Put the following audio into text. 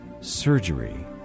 Surgery